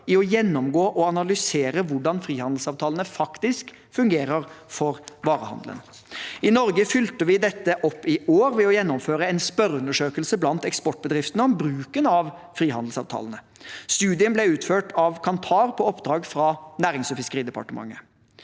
i å gjennomgå og analysere hvordan frihandelsavtalene faktisk fungerer for varehandelen. I Norge fulgte vi dette opp i år ved å gjennomføre en spørreundersøkelse blant eksportbedriftene om bruken av frihandelsavtalene. Studien ble utført av Kantar på oppdrag fra Nærings- og fiskeridepartementet.